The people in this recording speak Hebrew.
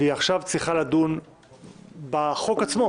והיא עכשיו צריכה לדון בחוק עצמו